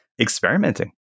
experimenting